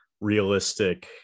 realistic